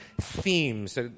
themes